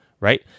right